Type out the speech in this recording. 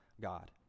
God